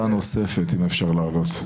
אפשר להעלות נקודה נוספת?